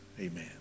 Amen